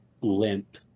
limp